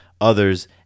others